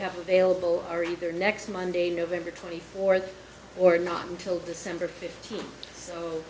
have available are either next monday november twenty fourth or not until december fifteenth